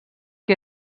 que